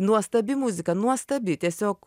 nuostabi muzika nuostabi tiesiog